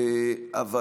השאלה היא אם אתה מקשיב.